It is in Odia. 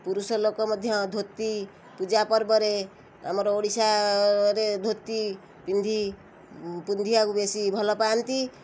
ପୁରୁଷ ଲୋକ ମଧ୍ୟ ଧୋତି ପୂଜା ପର୍ବରେ ଆମର ଓଡ଼ିଶାରେ ଧୋତି ପିନ୍ଧି ପିନ୍ଧିବାକୁ ବେଶୀ ଭଲ ପାଆନ୍ତି